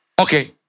Okay